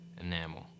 enamel